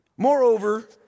Moreover